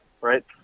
right